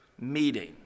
meeting